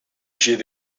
siad